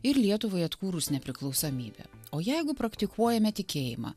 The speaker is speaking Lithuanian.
ir lietuvai atkūrus nepriklausomybę o jeigu praktikuojame tikėjimą